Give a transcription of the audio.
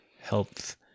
health